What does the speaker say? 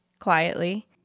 Quietly